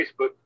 facebook